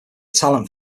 talent